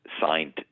signed